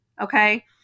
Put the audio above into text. Okay